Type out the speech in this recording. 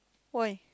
why